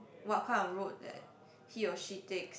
what kind of road that he or she takes